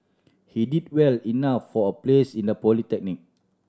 he did well enough for a place in a polytechnic